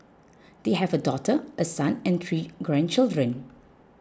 they have a daughter a son and three grandchildren